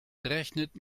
rechnet